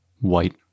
white